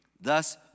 thus